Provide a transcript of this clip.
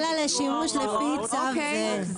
אלא לשימוש לפי צו זה.